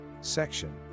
Section